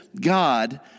God